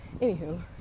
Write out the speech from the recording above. anywho